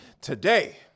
today